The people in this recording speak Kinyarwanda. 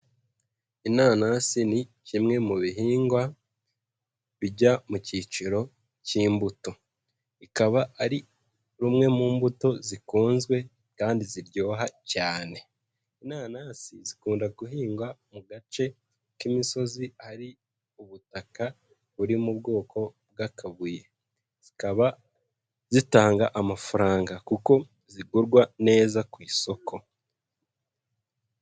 Inanasi ni kimwe mu bihingwa bijya mu kiciro k'imbuto. Ikaba ari rumwe mu mbuto zikunzwe kandi ziryoha cyane. Inanasi zikunda guhingwa mu gace k'imisozi hari ubutaka buri mu bwoko bw'akabuye, zikaba zitanga amafaranga kuko zigurwa neza ku isoko.